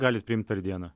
galit priimt per dieną